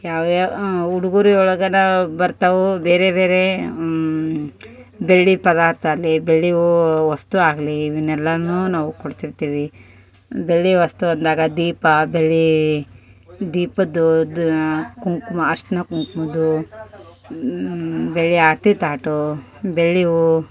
ಯಾವ್ಯಾವ ಉಡುಗೊರೆ ಒಳಗನೆ ಬರ್ತವೆ ಬೇರೆ ಬೇರೆ ಬೆಳ್ಳಿ ಪದಾರ್ಥ ಆಗ್ಲಿ ಬೆಳ್ಳಿಯವು ವಸ್ತು ಆಗಲಿ ಇವ್ನೆಲ್ಲನು ನಾವು ಕೊಡ್ತಿರ್ತೀವಿ ಬೆಳ್ಳಿ ವಸ್ತು ಅಂದಾಗ ದೀಪ ಬೆಳ್ಳಿ ದೀಪದ್ದು ದು ಕುಂಕುಮ ಅರ್ಶಿನ ಕುಂಕುಮದ್ದು ಬೆಳ್ಳಿ ಆತಿ ತಾಟು ಬೆಳ್ಳಿಯವು